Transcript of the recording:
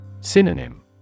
synonym